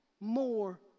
more